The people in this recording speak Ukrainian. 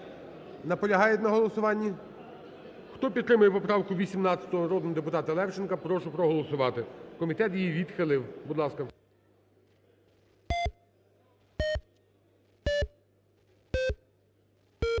Наполягають на голосуванні? Хто підтримує поправку 18 народного депутата Левченка, прошу проголосувати. Комітет її відхилив. Будь ласка.